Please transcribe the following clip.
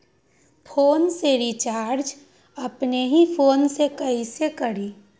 Phone में recharge अपने ही फ़ोन से कईसे करी?